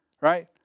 right